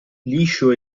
liscio